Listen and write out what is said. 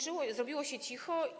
Zrobiło się cicho.